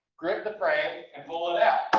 grip the frame and pull it out.